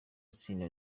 itsinda